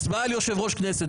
הצבעה על יושב-ראש כנסת.